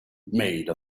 made